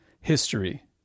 history